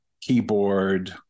keyboard